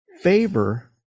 Favor